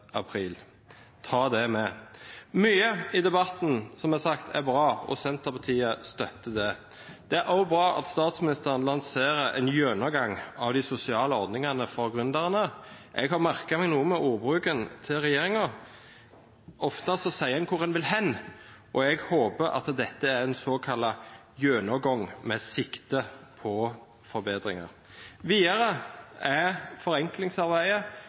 april. Ta det med. Mye som er sagt i debatten, er bra, og Senterpartiet støtter det. Det er også bra at statsministeren lanserer en gjennomgang av de sosiale ordningene for gründerne. Jeg har merket meg noe ved ordbruken til regjeringen. Ofte sier en hvor en vil hen, og jeg håper at dette er en såkalt gjennomgang med sikte på forbedringer. Videre er forenklingsarbeidet